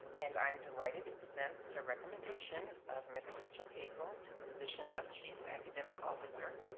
and i'm delighted to present the recommendation of miss rachel hazel to the position of chief academic officer.